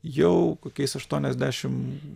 jau kokiais aštuoniasdešim